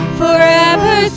forever